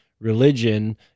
religion